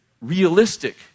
realistic